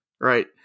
Right